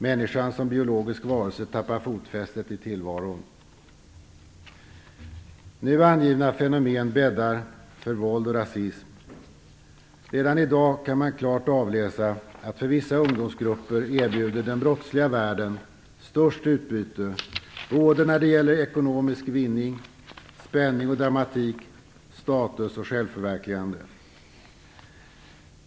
Människan som biologisk varelse tappar fotfästet i tillvaron. Nu angivna fenomen bäddar för våld och rasism. Redan i dag kan man klart avläsa att för vissa ungdomsgrupper erbjuder den brottsliga världen störst utbyte, både när det gäller ekonomisk vinning, spänning och dramatik, status och självförverkligande.